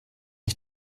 ich